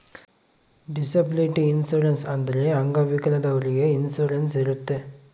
disability insurance ಅಂದ್ರೆ ಅಂಗವಿಕಲದವ್ರಿಗೆ insurance ಇರುತ್ತೆ